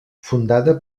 fundada